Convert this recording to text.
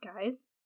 guys